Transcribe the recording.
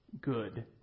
good